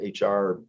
HR